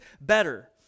better